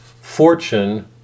Fortune